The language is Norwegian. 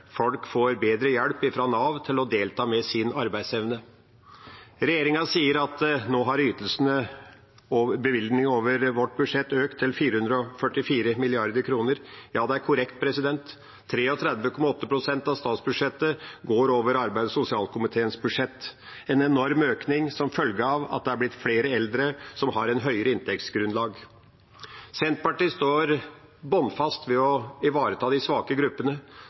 folk får bedre hjelp fra Nav til å delta med sin arbeidsevne. Regjeringa sier at bevilgningene over budsjettet har økt til 444 mrd. kr. Ja, det er korrekt. Arbeids- og sosialdepartementets budsjett utgjør 33,8 pst. av statsbudsjettet. Det er en enorm økning som følge av at det har blitt flere eldre som har et høyere inntektsgrunnlag. Senterpartiet står bunnfast på å ivareta de svakeste gruppene.